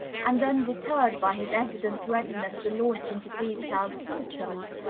and, undeterred by his evident readiness to launch into detailed symptoms,